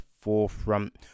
forefront